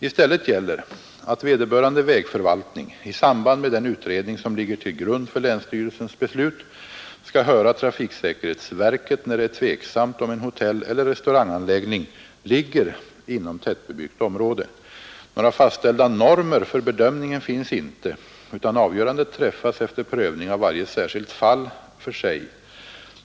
I stället gäller att vederbörande vägförvaltning i samband med den utredning som ligger till grund för länsstyrelsens beslut skall höra trafiksäkerhetsverket, när det är tveksamt om en hotelleller restauranganläggning ligger inom tättbebyggt område. Några fastställda normer för bedömningen finns inte, utan avgörandet träffas efter prövning av varje särskilt fall för sig.